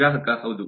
ಗ್ರಾಹಕ ಹೌದು